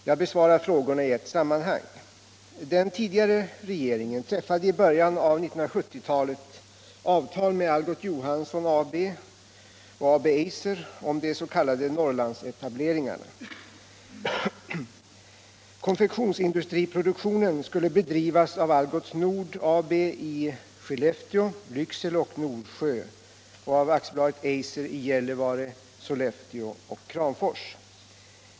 Jag besvarar frågorna i ett sammanhang. Den tidigare regeringen träffade i början av 1970-talet avtal med Algot — Nr 30 Johansson AB och AB Eiser om de s.k. Norrlandsetableringarna. Kon Fredagen den fektionsindustriproduktion skulle bedrivas av Algots Nord AB i Skel 19 november 1976 lefteå, Lycksele och Norsjö och av AB Eiser i Gällivare, Sollefteå och = Kramfors.